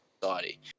society